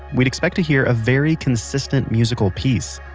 we'd expect to hear a very consistent musical piece.